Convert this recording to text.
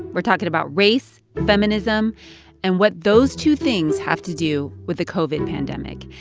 we're talking about race, feminism and what those two things have to do with the covid pandemic.